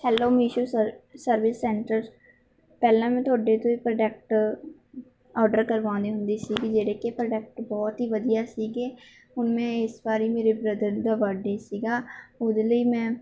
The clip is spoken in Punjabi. hello Meesho sir service centre ਪਹਿਲਾਂ ਮੈਂ ਤੁਹਾਡੇ ਤੋਂ ਹੀ ਪ੍ਰੋਡਕਟ ਓਰਡਰ ਕਰਵਾਉਂਦੀ ਹੁੰਦੀ ਸੀਗੀ ਜਿਹੜੇ ਕਿ ਪ੍ਰੋਡਕਟ ਬਹੁਤ ਹੀ ਵਧੀਆ ਸੀਗੇ ਹੁਣ ਮੈਂ ਇਸ ਵਾਰੀ ਮੇਰੇ ਬ੍ਰਦਰ ਦਾ ਬਰਡੇ ਸੀਗਾ ਉਹਦੇ ਲਈ ਮੈਂ